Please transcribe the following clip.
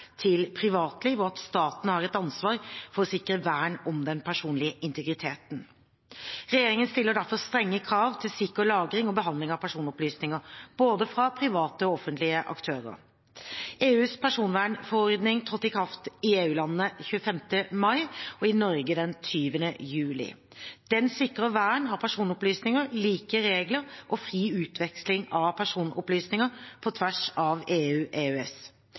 til privatliv, og at staten har et ansvar for å sikre vern om den personlige integriteten. Regjeringen stiller derfor strenge krav til sikker lagring og behandling av personopplysninger fra både private og offentlige aktører. EUs personvernforordning trådte i kraft i EU-landene 25. mai og i Norge den 20. juli. Den sikrer vern av personopplysninger, like regler og fri utveksling av personopplysninger på tvers av EU og EØS.